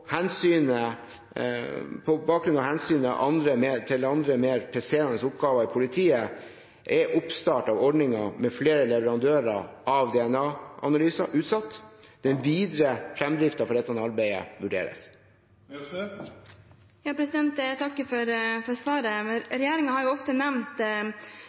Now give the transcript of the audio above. av hensynet til andre mer presserende oppgaver i politiet er oppstart av ordningen med flere leverandører av DNA-analyser utsatt. Den videre fremdriften for dette arbeidet vurderes. Jeg takker for svaret. Regjeringen har ofte nevnt